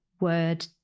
word